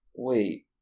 Wait